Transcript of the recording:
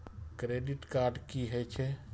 Credit card की होय छै?